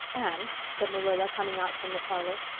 anne, said marilla, coming out from the parlor,